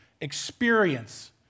experience